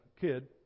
kid